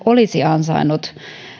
olisi ansainnut